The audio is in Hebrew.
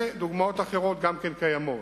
ודוגמאות אחרות גם כן קיימות.